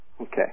Okay